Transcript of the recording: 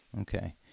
Okay